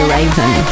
Raven